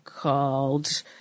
Called